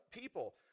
people